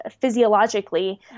physiologically